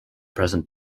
present